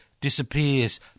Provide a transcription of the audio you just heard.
disappears